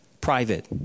private